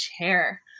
chair